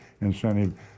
incentive